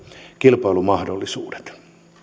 kilpailumahdollisuudet